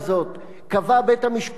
קבע בית-המשפט העליון,